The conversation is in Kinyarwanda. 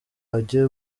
ajye